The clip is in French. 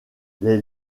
les